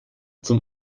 zum